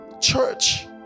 church